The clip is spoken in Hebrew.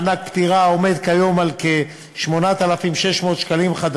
מענק פטירה כיום הוא כ-8,600 ש"ח,